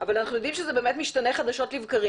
אבל אנחנו יודעים שזה באמת משתנה חדשות לבקרים